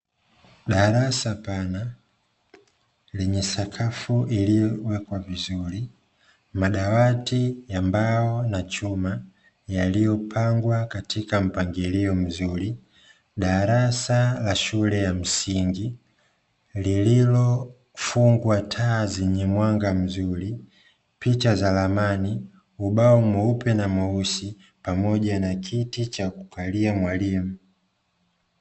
Darasa pana, lenye sakafu iliyowekwa vizuri mdawati ya mbao na chuma, yaliyopangwa katika mpangilio mzuri. Darasa la shule ya msingi, lililofungwa taa zenye mwanga mzuri, picha za ramani ubao mweupe na mweusi, pamoja na kiti cha kukalia mwalimu.